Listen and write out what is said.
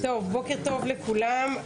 בוקר טוב לכולם.